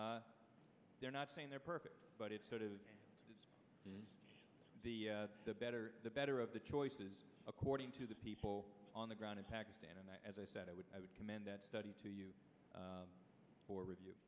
qaida they're not saying they're perfect but it's sort of this is the better the better of the choices according to the people on the ground in pakistan and as i said it would i would commend that study to you for review